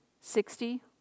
sixty